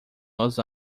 los